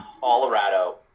Colorado